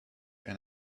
and